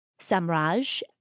Samraj